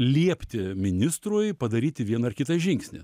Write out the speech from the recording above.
liepti ministrui padaryti vieną ar kitą žingsnį